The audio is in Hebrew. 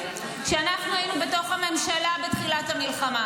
שאנחנו היינו בתוך הממשלה בתחילת המלחמה,